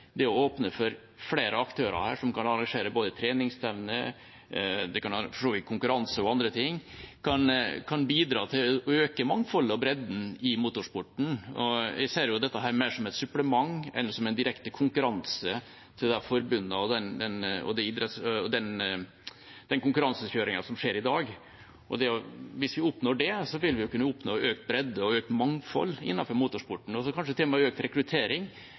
det å åpne for flere aktører her som kan arrangere både treningsstevner, konkurranser og andre ting, kan bidra til å øke mangfoldet og bredden i motorsporten. Jeg ser dette mer som et supplement enn som en direkte konkurranse til forbundet og den konkurransekjøringen som skjer i dag, og hvis vi oppnår det, vil vi også kunne oppnå økt bredde og økt mangfold innenfor motorsporten, kanskje til og med økt rekruttering